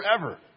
forever